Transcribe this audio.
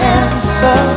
answer